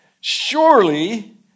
surely